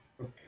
okay